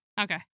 Okay